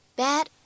bad